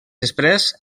després